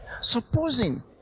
supposing